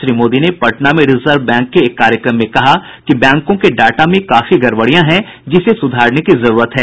श्री मोदी ने पटना में reserve bank के एक कार्यक्रम में कहा कि बैंकों के डाटा में काफी गड़बड़ियां है जिसे सुधारने की जरूरत है